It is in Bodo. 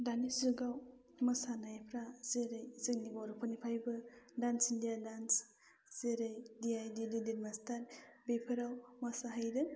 दानि जुगाव मोसानायफ्रा जेरै जोंनि बर'फोरनिफ्रायबो डान्स इण्डिया डान्स जेरै डिआइडि लिटिल मास्टार बेफोराव मोसाहैदों